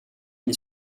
les